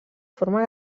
forma